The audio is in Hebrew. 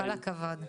והבריאות.